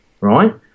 right